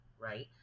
right